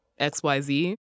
XYZ